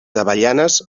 avellanes